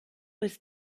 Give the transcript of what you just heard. ist